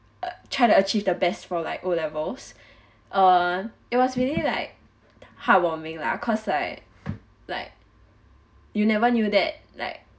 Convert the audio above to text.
uh try to achieve the best for like O levels err it was really like heartwarming lah cause like like you never knew that like